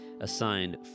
assigned